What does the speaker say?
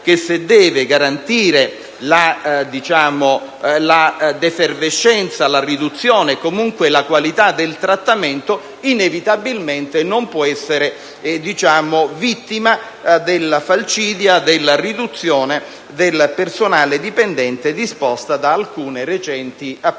sistema deve garantire la defervescenza, la riduzione e, comunque, la qualità del trattamento, inevitabilmente non può essere vittima della falcidia della riduzione del personale dipendente disposta da alcune recenti disposizioni